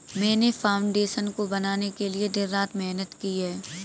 मैंने फाउंडेशन को बनाने के लिए दिन रात मेहनत की है